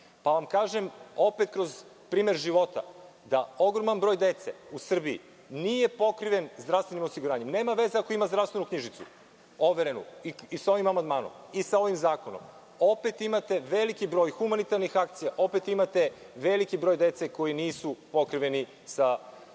vam opet kroz primer života da ogroman broj dece u Srbiji nije pokriven zdravstvenim osiguranjem. Nema veza ako ima zdravstvenu knjižicu overenu, i sa ovim amandmanom, i sa ovim zakonom, opet imate veliki broj humanitarnih akcija. Opet imate veliki broj dece koja nisu pokrivena sa ovim